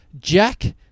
Jack